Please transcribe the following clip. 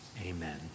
Amen